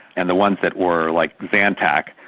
and the ones that were like zantac,